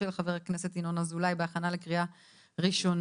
של חבר הכנסת ינון אזולאי בהכנה לקריאה ראשונה,